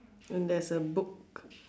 and there's a book